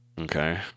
Okay